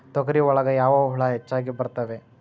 ತೊಗರಿ ಒಳಗ ಯಾವ ಹುಳ ಹೆಚ್ಚಾಗಿ ಬರ್ತವೆ?